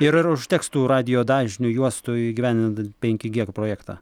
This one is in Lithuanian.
ir ar užteks tų radijo dažnių juostų įgyvendinant penki gie projektą